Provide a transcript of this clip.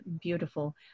beautiful